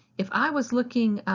if i was looking